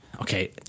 okay